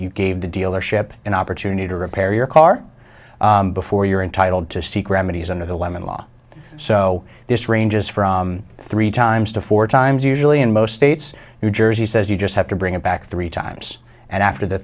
you gave the dealership an opportunity to repair your car before you're entitled to seek remedies under the lemon law so this ranges from three times to four times usually in most states new jersey says you just have to bring it back three times and after the